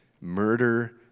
Murder